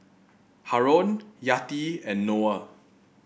Haron Yati and Noah